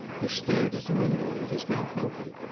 he stared at the window, with his mouth open.